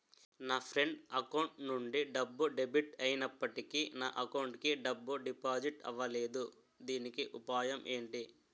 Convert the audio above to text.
నా friend account నుండి డబ్బు డెబిట్ అయినప్పటికీ నా అకౌంట్ కి డబ్బు డిపాజిట్ అవ్వలేదుదీనికి ఉపాయం ఎంటి?